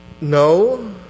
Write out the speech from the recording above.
No